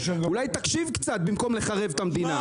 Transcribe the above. אולי תקשיב קצת, במקום לחרב את המדינה.